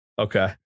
Okay